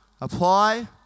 apply